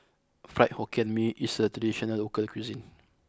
Fried Hokkien Mee is a traditional local cuisine